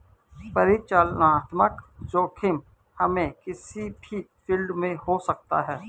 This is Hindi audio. परिचालनात्मक जोखिम हमे किसी भी फील्ड में हो सकता है